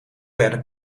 werden